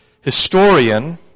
historian